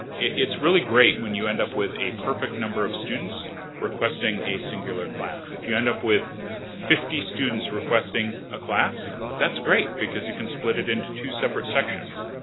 it's really great when you end up with a perfect number of students requesting a singular class. if you end up with fifty students requesting a class, that's great! because you can split it into two separate sections.